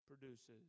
produces